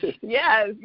Yes